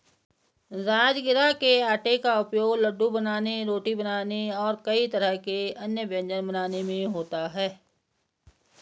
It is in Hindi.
राजगिरा के आटे का उपयोग लड्डू बनाने रोटी बनाने और कई तरह के अन्य व्यंजन बनाने में होता है